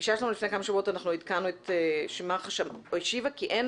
בפגישה שלנו לפני כמה שבועות אנחנו עדכנו שמח"ש השיבה שאין